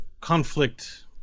conflict